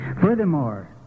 Furthermore